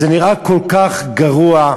זה נראה כל כך גרוע,